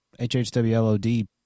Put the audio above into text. HHWLOD